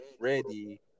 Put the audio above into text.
ready